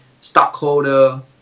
stockholder